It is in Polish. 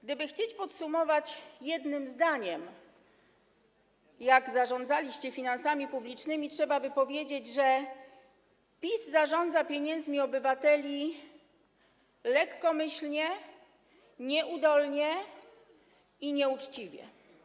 Gdybyśmy chcieli podsumować jednym zdaniem, jak zarządzaliście finansami publicznymi, powiedzielibyśmy, że PiS zarządza pieniędzmi obywateli lekkomyślnie, nieudolnie i nieuczciwie.